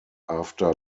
after